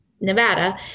Nevada